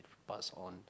pass on